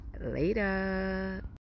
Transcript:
Later